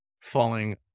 falling